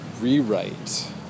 rewrite